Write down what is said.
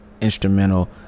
instrumental